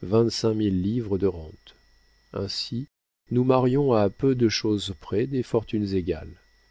vingt-cinq mille livres de rentes ainsi nous marions à peu de chose près des fortunes égales